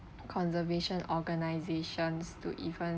conservation organisations to even